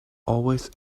always